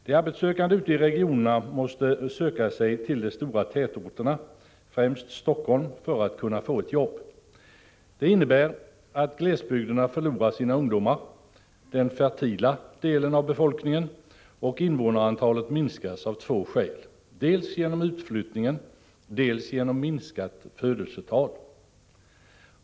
De arbetssökande ute i regionerna måste söka sig till de stora tätorterna — främst Helsingfors — för att kunna få ett jobb. Det innebär att glesbygderna förlorar sina ungdomar. Den fertila delen av befolkningen och invånarantalet minskas av två skäl — dels genom utflyttning, dels genom minskade födelsetal.